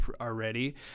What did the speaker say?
already